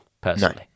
personally